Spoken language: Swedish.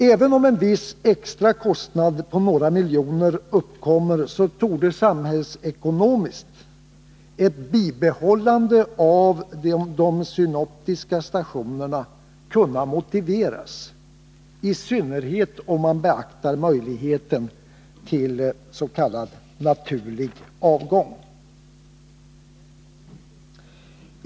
Även om en viss extra kostnad på några miljoner uppkommer torde samhällsekonomiskt ett bibehållande av de synoptiska stationerna kunna motiveras, i synnerhet om man beaktar möjligheten till s.k. naturlig avgång.